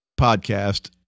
podcast